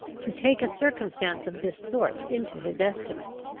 to take a circumstance of this sort into his estimate.